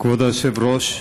כבוד היושב-ראש,